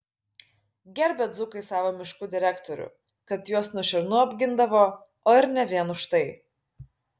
gerbė dzūkai savo miškų direktorių kad juos nuo šernų apgindavo o ir ne vien už tai